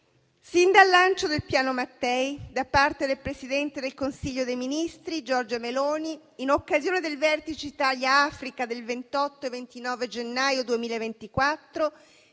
Sin dal lancio del Piano Mattei da parte del presidente del Consiglio dei ministri Giorgia Meloni, in occasione del vertice Italia-Africa del 28 e 29 gennaio 2024,